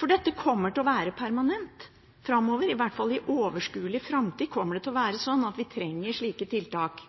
For dette kommer til å være permanent framover. I hvert fall i overskuelig framtid kommer det til å være sånn at vi trenger slike tiltak.